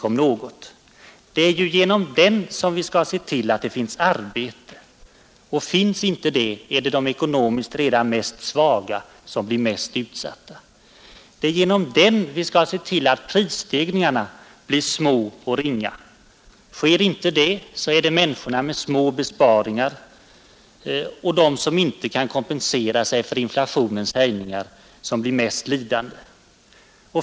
Det är för det första genom den vi skall se till att det finns arbete, och finns inte det blir de redan ekonomiskt mest svaga också mest utsatta. Det är för det andra genom den ekonomiska politiken som vi skall se till att prisstegringarna blir små och ringa. Sker inte det är det människor med små besparingar, och de som inte kan kompensera sig för inflationens härjningar, som blir mest lidande.